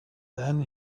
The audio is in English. then